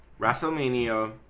WrestleMania